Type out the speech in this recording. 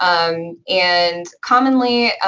um and commonly,